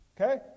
Okay